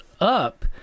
up